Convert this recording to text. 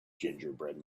gingerbread